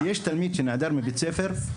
היא שכשיש תלמיד שנעדר מבית הספר,